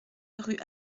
rue